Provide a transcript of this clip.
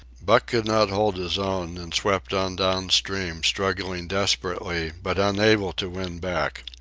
buck could not hold his own, and swept on down-stream, struggling desperately, but unable to win back.